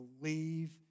Believe